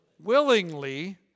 Willingly